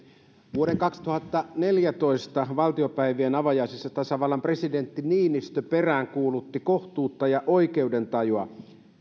vuoden kaksituhattaneljätoista valtiopäivien avajaisissa tasavallan presidentti niinistö peräänkuulutti kohtuutta ja oikeudentajua